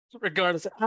regardless